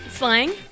Slang